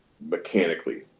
mechanically